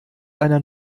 einer